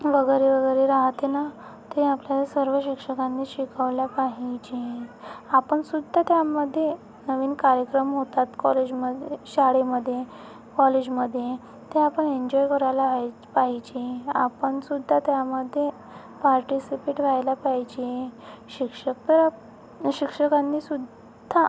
वगैरे वगैरे राहते ना ते आपल्याला सर्व शिक्षकांनी शिकवलं पाहिजे आपण सुद्धा त्यामध्ये नवीन कार्यक्रम होतात कॉलेजमध्ये शाळेमध्ये कॉलेजमध्ये ते आपण एन्जॉय करायला हवे पाहिजे आपण सुद्धा त्यामध्ये पार्टिसिपेट व्हायला पाहिजे शिक्षक परं शिक्षकांनी सुद्धा